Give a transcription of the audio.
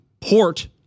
port